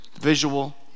visual